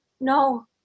No